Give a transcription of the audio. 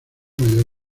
mayor